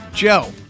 Joe